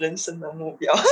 人生的目标